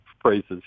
phrases